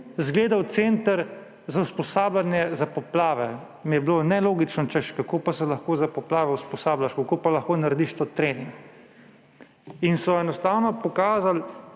izgledal center za usposabljanje za poplave, mi je bilo nelogično, češ, kako pa se lahko za poplave usposabljaš, kako pa lahko narediš tudi trening. In so enostavno pokazali